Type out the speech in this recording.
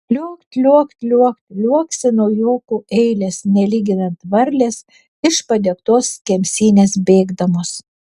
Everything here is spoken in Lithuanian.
liuokt liuokt liuokt liuoksi naujokų eilės nelyginant varlės iš padegtos kemsynės bėgdamos